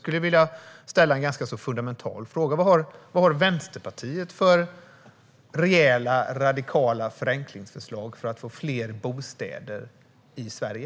Låt mig ställa en ganska fundamental fråga: Vad har Vänsterpartiet för rejäla, radikala förenklingsförslag för att få fler bostäder i Sverige?